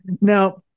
Now